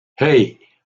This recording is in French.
hey